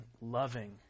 loving